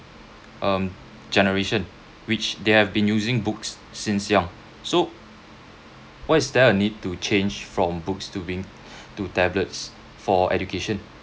um generation which they have been using books since young so why is there a need to change from books to being to tablets for education